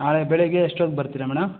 ನಾಳೆ ಬೆಳಿಗ್ಗೆ ಎಷ್ಟೊತ್ಗೆ ಬರ್ತೀರ ಮೇಡಮ್